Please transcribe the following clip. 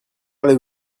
allez